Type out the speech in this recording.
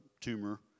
tumor